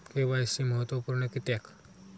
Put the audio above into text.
KYC महत्त्वपुर्ण किद्याक?